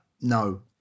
No